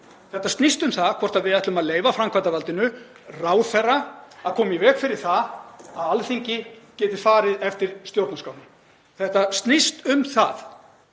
Þetta snýst um það hvort við ætlum að leyfa framkvæmdarvaldinu, ráðherra, að koma í veg fyrir það að Alþingi geti farið eftir stjórnarskránni. Þetta snýst um það